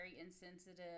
insensitive